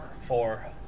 four